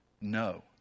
no